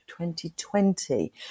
2020